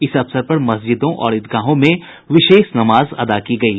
इस अवसर पर मस्जिदों और ईदगाहों में विशेष नमाज अदा की गयी